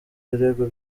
birego